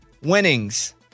Winnings